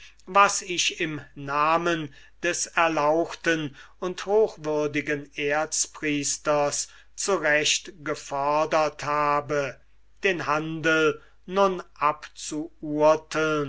was ich im namen des erlauchten und sehr ehrwürdigen erzpriesters zu recht gefordert habe den handel nun